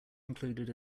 included